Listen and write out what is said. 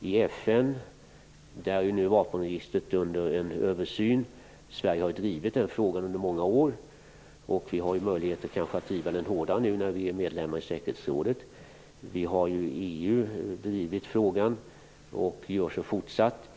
i FN, där vapenregistret undergår en översyn. Sverige har drivit den här frågan under många år, och har kanske möjlighet att driva den hårdare som medlem i säkerhetsrådet. Sverige har drivit frågan i EU, och gör också det fortsatt.